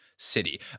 City